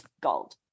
gold